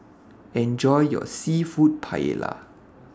Enjoy your Seafood Paella